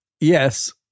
Yes